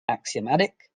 axiomatic